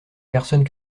personnes